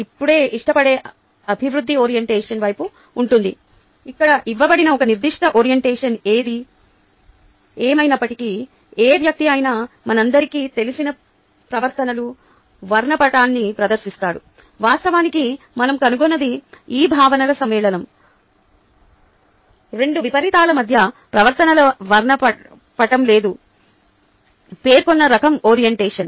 ఇష్టపడే అభివృద్ధి ఓరియంటేషన్ వైపు ఉంటుంది ఇక్కడ ఇవ్వబడిన ఒక నిర్దిష్ట ఓరియంటేషన్ ఏది ఏమయినప్పటికీ ఏ వ్యక్తి అయినా మనందరికీ తెలిసిన ప్రవర్తనల వర్ణపటాన్ని ప్రదర్శిస్తాడు వాస్తవానికి మనం కనుగొన్నది ఈ భావనల సమ్మేళనం రెండు విపరీతాల మధ్య ప్రవర్తనల వర్ణపటం లేదా పేర్కొన్న రకం ఓరియంటేషన్